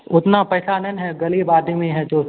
उतना पैसा नहीं ना है गरीब आदमी है जो